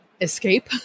escape